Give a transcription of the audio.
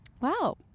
wow